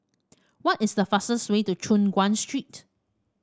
what is the fastest way to Choon Guan Street